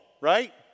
right